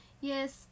Yes